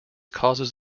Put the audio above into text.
causes